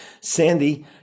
Sandy